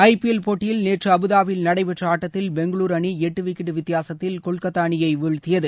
ஐ P L போட்டியில் நேற்று அபுதாபியில் நடைபெற்ற ஆட்டத்தில் பெங்களுர் அணி எட்டு விக்கெட் வித்தியாசத்தில் கொல்கத்தா அணியை வீழ்த்தியது